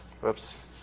Whoops